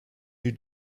you